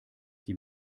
die